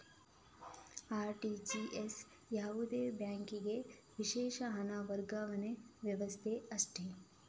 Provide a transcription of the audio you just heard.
RTGS ಯಾವುದೇ ಬ್ಯಾಂಕಿಗೆ ವಿಶೇಷ ಹಣ ವರ್ಗಾವಣೆ ವ್ಯವಸ್ಥೆ ಅಷ್ಟೇ